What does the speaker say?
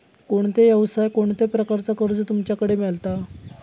कोणत्या यवसाय कोणत्या प्रकारचा कर्ज तुमच्याकडे मेलता?